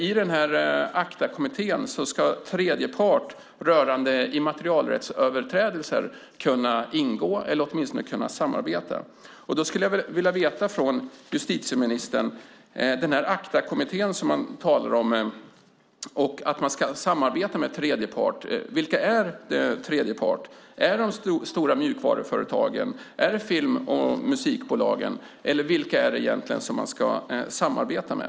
I ACTA-kommittén ska tredje part rörande immaterialrättsöverträdelser kunna ingå eller åtminstone samarbeta. Jag skulle gärna vilja få veta av justitieministern vilka tredje parter det är som man ska kunna samarbeta med i denna kommitté. Är det de stora mjukvaruföretagen? Är det film och musikbolagen? Vilka är det egentligen som man ska samarbeta med?